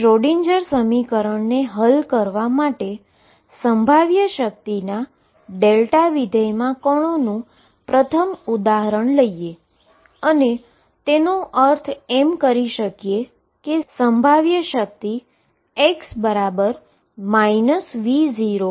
તેથી શ્રોડિંજર સમીકરણને હલ કરવા માટે પોટેંશીઅલના δ ફંક્શનમાં પાર્ટીકલનું પ્રથમ ઉદાહરણ લઈએ અને તેનો અર્થ એમ કરી શકીએ કે આ પોટેંશિઅલ x V0δ